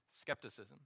Skepticism